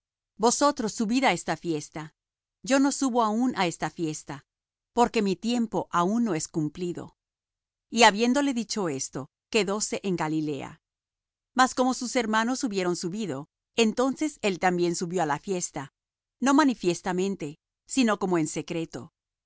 vosotros subid á esta fiesta yo no subo aún á esta fiesta porque mi tiempo aun no es cumplido y habiéndoles dicho esto quedóse en galilea mas como sus hermanos hubieron subido entonces él también subió á la fiesta no manifiestamente sino como en secreto